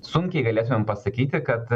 sunkiai galėtumėm pasakyti kad